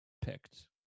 picked